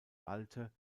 alte